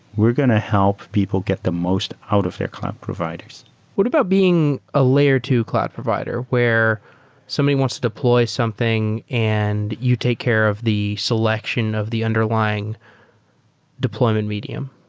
we're going to help people get the most out of their cloud providers what about being a layer two cloud provider where somebody wants to deploy something and you take care of the selection of the underlying deployment medium?